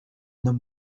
homme